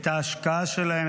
את ההשקעה שלהם,